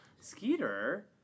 Skeeter